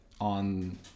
on